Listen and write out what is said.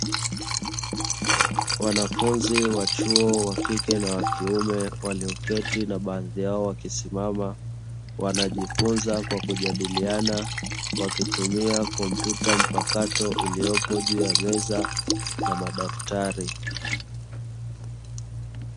Wanafunzi wa chuo wa kike na wa kiume walioketi na baadhi yao wakisimama, wanajifunza kwa kujadiliana wakitumia kompyuta mpakato iliyopo juu ya meza na madaftari.